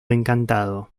encantado